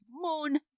Moon